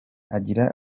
agira